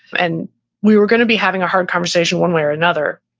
and we were going to be having a hard conversation one way or another.